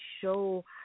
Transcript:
show